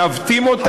מעוותים אותם,